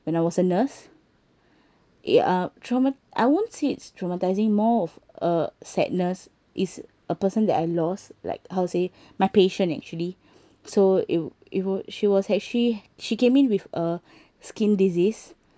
when I was a nurse ya uh traum~ I won't say it's traumatizing more of a sadness is a person that I lost like how to say my patient actually so it'll it'll she was actually she came in with a skin disease